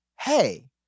hey